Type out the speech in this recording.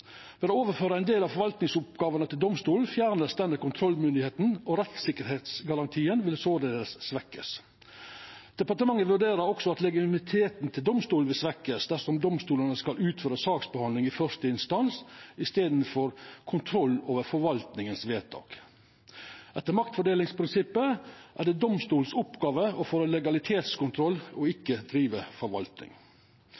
Ved å overføra ein del av forvaltningsoppgåvene til domstolane vert denne kontrollmyndigheita fjerna, og rettssikkerheitsgarantien vil såleis verta svekt. Departementet vurderer også at legitimiteten til domstolane vil verta svekt dersom domstolane skal utføra saksbehandling i første instans i staden for kontroll av forvaltningas vedtak. Etter maktfordelingsprinsippet er det domstolanes oppgåve å føra legalitetskontroll, og